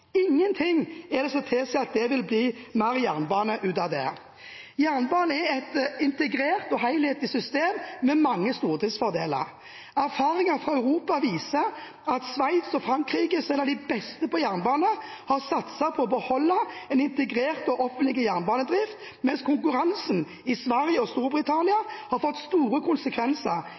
ingenting som tilsier at det vil bli mer jernbane ut av det. Jernbanen er et integrert og helhetlig system med mange stordriftsfordeler. Erfaringer fra Europa viser at Sveits og Frankrike, som er de beste på jernbane, har satset på å beholde en integrert og offentlig jernbanedrift, mens konkurransen i Sverige og Storbritannia har fått store konsekvenser